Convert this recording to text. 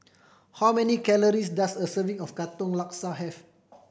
how many calories does a serving of Katong Laksa have